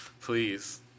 Please